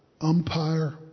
umpire